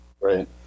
Right